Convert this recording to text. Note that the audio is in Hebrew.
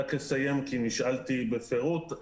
רק אסיים כי נשאלתי בפירוט.